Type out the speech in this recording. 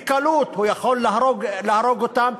בקלות הוא יכול להרוג אותם,